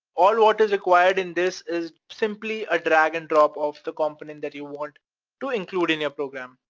all what is required in this is simply a drag and drop of the component that you want to include in your program,